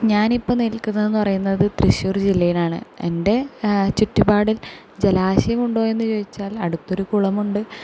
ഞാനിപ്പം നിൽക്കുന്നതെന്ന് പറയുന്നത് തൃശ്ശൂർ ജില്ലയിലാണ് എൻ്റെ ചുറ്റുപാടിൽ ജലാശയമുണ്ടോ എന്ന് ചോദിച്ചാൽ അടുത്തൊരു കുളമുണ്ട്